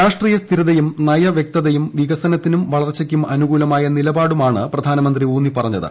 രാഷ്ട്രീയ സ്ഥിരതയും നയവ്യക്തതയും വികസനത്തിനും വളർച്ചയ്ക്കും അനുകൂലമായ നിലപാടുമാണ് പ്രധാനമന്ത്രി ഊന്നിപ്പറഞ്ഞത്